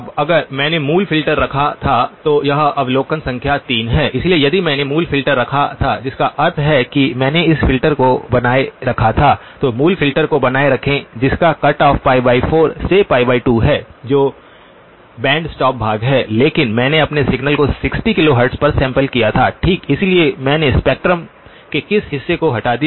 अब अगर मैंने मूल फ़िल्टर रखा था तो यह अवलोकन संख्या 3 है इसलिए यदि मैंने मूल फ़िल्टर रखा था जिसका अर्थ है कि मैंने इस फ़िल्टर को बनाए रखा था तो मूल फ़िल्टर को बनाए रखें जिसका कट ऑफ π 4 से π 2 है जो बैंड स्टॉप भाग है लेकिन मैंने अपने सिग्नल को 60 किलोहर्ट्ज़ पर सैंपल किया थाठीक इसलिए मैंने स्पेक्ट्रम के किस हिस्से को हटा दिया